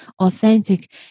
authentic